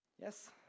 Yes